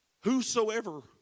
whosoever